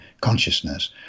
consciousness